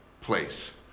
place